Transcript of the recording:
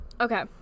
Okay